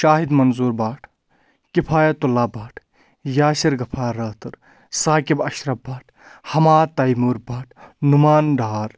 Shahid Manzoor Bhat Kifayat Ullah Bhat Yasir Ghaffar Rather Saqib Ashraf Bhat Hammad Taimur Bhat Numan Dar